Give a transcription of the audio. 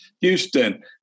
Houston